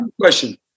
Question